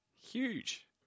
Huge